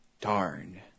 Darn